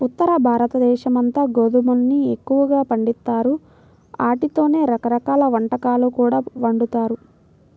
ఉత్తరభారతదేశమంతా గోధుమల్ని ఎక్కువగా పండిత్తారు, ఆటితోనే రకరకాల వంటకాలు కూడా వండుతారు